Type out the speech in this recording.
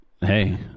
Hey